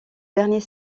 dernier